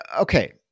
okay